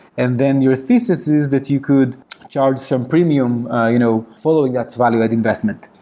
and then your thesis is that you could charge some premium you know following that value at investment.